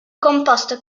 composto